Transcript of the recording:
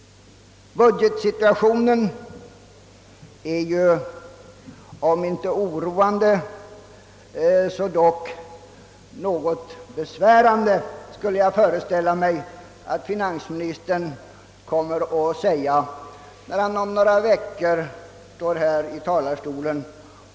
Jag skulle föreställa mig att finansministern, när han om några veckor står här i talarstolen och presenterar sin budget, kommer att säga att budgetsituationen är om inte oroande så dock besvärande.